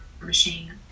machine